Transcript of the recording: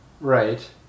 Right